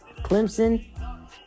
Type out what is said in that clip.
Clemson